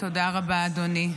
תודה רבה, אדוני.